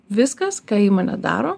viskas ką įmonė daro